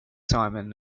simon